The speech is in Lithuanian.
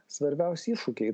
svarbiausi iššūkiai